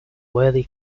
worthy